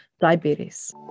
diabetes